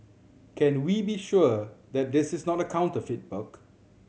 can we be sure that this is not a counterfeit book